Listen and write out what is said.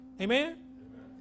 Amen